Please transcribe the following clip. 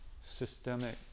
systemic